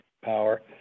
power